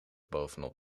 bovenop